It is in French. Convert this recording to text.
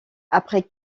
après